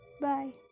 Bye